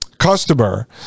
customer